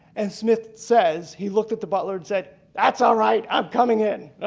and smith says he looked at the butler and said that's all right i'm coming in.